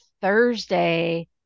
Thursday